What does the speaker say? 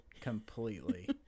completely